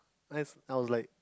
next I was like